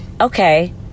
okay